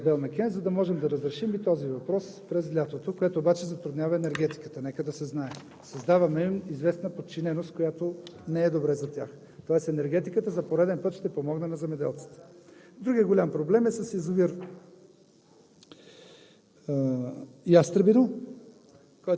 Изпълняваме мероприятия за чистенето на каналите и да пренасочим вода от „Белмекен“, за да можем да разрешим и този въпрос през лятото, което обаче затруднява енергетиката – нека да се знае. Създаваме им известна подчиненост, която не е добре за тях, тоест енергетиката за пореден път ще помогне на земеделците. Другият голям проблем е с язовир